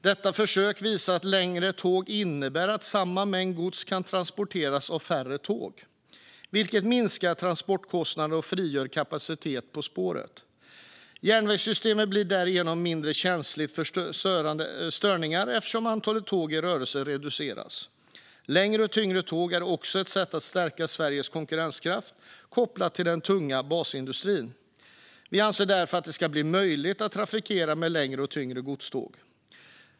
Detta försök visar att längre tåg innebär att samma mängd gods kan transporteras av färre tåg, vilket minskar transportkostnaderna och frigör kapacitet på spåret. Järnvägssystemet blir därmed mindre känsligt för störningar eftersom antalet tåg i rörelse reduceras. Längre och tyngre tåg är också sätt att stärka Sveriges konkurrenskraft kopplat till den tunga basindustrin. Vi anser därför att det ska bli möjligt att trafikera med längre och tyngre godståg.